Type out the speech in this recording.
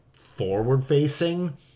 forward-facing